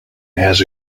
has